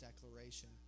declaration